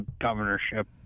governorship